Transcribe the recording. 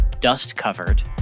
dust-covered